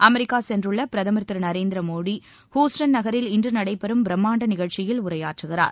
America சென்றுள்ள பிரதமர் Thiru Narendra Modi Houston நகரில் இன்று நடைபெறும் பிரம்மாண்ட நிகழ்ச்சியில் உரையாற்றுகிறார்